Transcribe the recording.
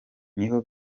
niho